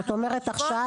זאת אומרת עכשיו,